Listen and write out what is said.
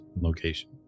location